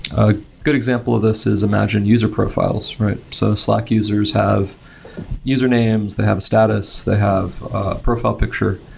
a good example of this is imagine user profiles. so slack users have usernames, they have a status, they have a profile picture.